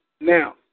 Now